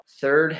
Third